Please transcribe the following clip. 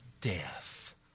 death